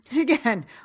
again